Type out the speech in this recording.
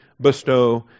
bestow